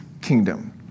kingdom